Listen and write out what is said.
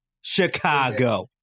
Chicago